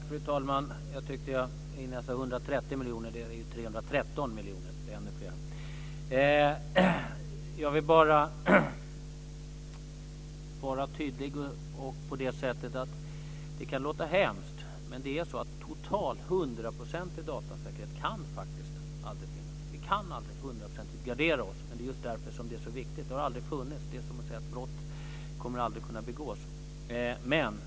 Fru talman! Jag sade 130 miljoner, men det är 313 miljoner - ännu fler! Jag vill vara tydlig genom att säga följande. Det låter hemskt, men total hundraprocentig datasäkerhet kan faktiskt aldrig finnas. Vi kan aldrig hundraprocentigt gardera oss, men det är just därför det är så viktigt. Det har aldrig funnits. Det är som att säga att brott aldrig kommer att begås.